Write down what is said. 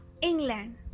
England